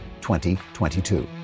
2022